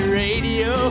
radio